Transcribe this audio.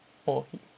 oh